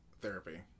therapy